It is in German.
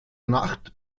nacht